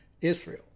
Israel